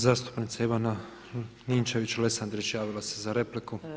Zastupnica Ivana Ninčević-Lesandrić javila se za repliku.